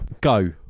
Go